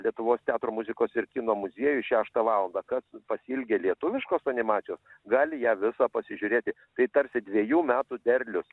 lietuvos teatro muzikos ir kino muziejuj šeštą valandą kas pasiilgę lietuviškos animacijos gali ją visą pasižiūrėti tai tarsi dviejų metų derlius